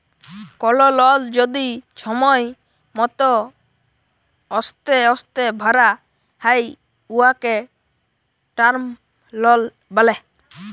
call লল যদি ছময় মত অস্তে অস্তে ভ্যরা হ্যয় উয়াকে টার্ম লল ব্যলে